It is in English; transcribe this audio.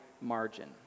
margin